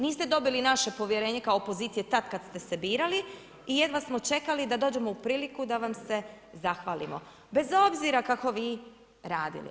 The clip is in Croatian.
Niste dobili naše povjerenje kao opozicije tada kada ste se birali i jedva smo čekali da dođemo u priliku da vam se zahvalimo bez obzira kako vi radili.